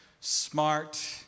smart